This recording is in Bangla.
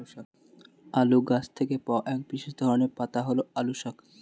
আলু গাছ থেকে পাওয়া এক বিশেষ ধরনের পাতা হল আলু শাক